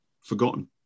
forgotten